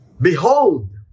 Behold